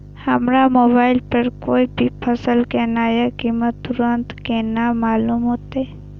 हमरा मोबाइल पर कोई भी फसल के नया कीमत तुरंत केना मालूम होते?